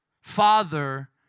Father